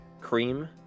cream